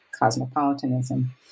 cosmopolitanism